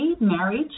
marriage